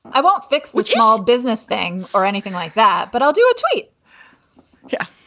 i won't fix which small business thing or anything like that, but i'll do it right yeah.